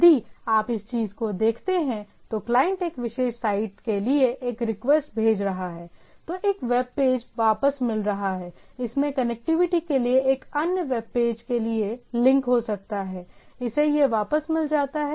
यदि आप इस चीज को देखते हैं तो क्लाइंट एक विशेष साइट के लिए एक रिक्वेस्ट भेज रहा है तो एक वेब पेज वापस मिल रहा है इसमें कनेक्टिविटी के लिए एक अन्य वेब पेज के लिए लिंक हो सकता है इसे यह वापस मिल जाता है